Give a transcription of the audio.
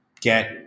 GET